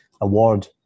award